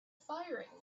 firing